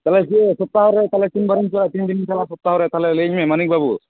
ᱛᱟᱦᱚᱞᱮ ᱪᱮᱫ ᱥᱚᱯᱛᱟᱦᱚ ᱨᱮ ᱛᱟᱦᱚᱞᱮ ᱛᱤᱱ ᱵᱟᱨ ᱤᱧ ᱪᱟᱞᱟᱜᱼᱟ ᱛᱤᱱ ᱫᱤᱱ ᱤᱧ ᱪᱟᱞᱟᱜᱼᱟ ᱥᱚᱯᱛᱟᱦᱚ ᱨᱮ ᱛᱟᱦᱚᱞᱮ ᱞᱟᱹᱭᱟᱹᱧ ᱢᱮ ᱢᱟᱹᱱᱤᱠ ᱵᱟᱹᱵᱩ